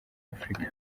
afurika